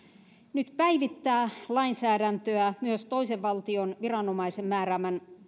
nyt päivittää lainsäädäntöä myös toisen valtion viranomaisen määräämän